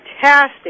fantastic